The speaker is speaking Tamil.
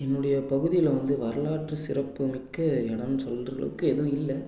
என்னுடைய பகுதியில் வந்து வரலாற்று சிறப்பு மிக்க இடம்னு சொல்கிறளவுக்கு எதுவும் இல்லை